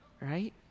right